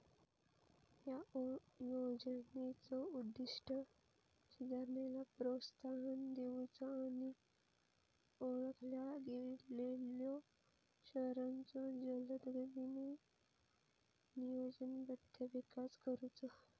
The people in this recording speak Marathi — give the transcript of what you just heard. या योजनेचो उद्दिष्ट सुधारणेला प्रोत्साहन देऊचो आणि ओळखल्या गेलेल्यो शहरांचो जलदगतीने नियोजनबद्ध विकास करुचो